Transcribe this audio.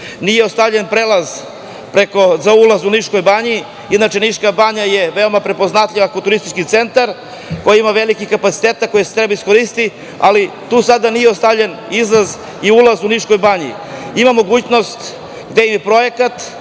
nije ostavljen prelaz za ulaz u Nišku banju… Inače, Niška banja je veoma prepoznatljiva kao turistički centar, ima velike kapacitete koje treba iskoristiti, ali tu sada nije ostavljen izlaz i ulaz u Nišku banju. Imamo mogućnost, idejni projekat